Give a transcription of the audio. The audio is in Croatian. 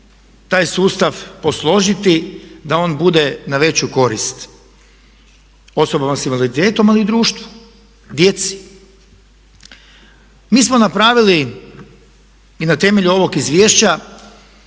taj sustav posložiti da on bude na veću korist osobama sa invaliditetom ali i društvu, djeci? Mi smo napravili i na temelju ovog izvješća